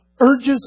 Urges